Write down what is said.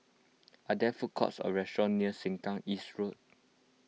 are there food courts or restaurants near Sengkang East Road